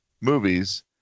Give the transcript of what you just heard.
movies